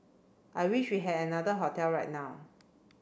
I wish we had another hotel right now